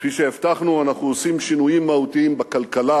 כפי שהבטחנו אנחנו עושים שינויים מהותיים בכלכלה,